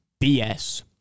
BS